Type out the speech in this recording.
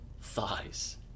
thighs